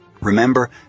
Remember